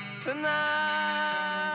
Tonight